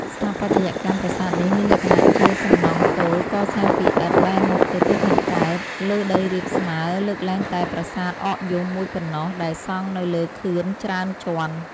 ស្ថាបត្យកម្មរ ប្រាសាទនេះមានលក្ខណៈជាសំណង់ទោល កសាងពីឥដ្ឋ បែរមុខទៅទិសខាងកើត លើដីរាបស្មើលើកលែងតែប្រាសាទអកយំមួយប៉ុណ្ណោះ ដែលសង់នៅលើខឿនច្រើនជាន់។